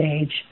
age